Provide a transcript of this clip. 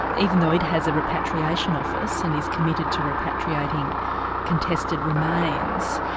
even though it has a repatriation office and is committed to repatriating contested remains,